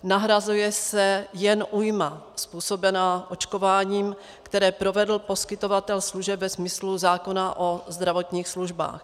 Nahrazuje se jen újma způsobená očkováním, které provedl poskytovatel služeb ve smyslu zákona o zdravotních službách.